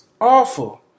Awful